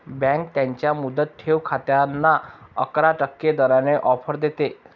bank त्यांच्या मुदत ठेव खात्यांना अकरा टक्के दराने ऑफर देते